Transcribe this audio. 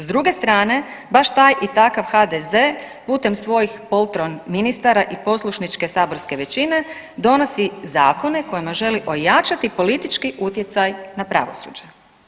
S druge strane baš taj i takav HDZ putem svojim poltron ministara i poslušničke saborske većine donosi zakone kojima želi ojačati politički utjecaj na pravosuđe.